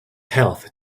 health